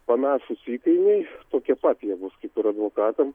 panašūs įkainiai tokie pat jie bus kaip ir advokatam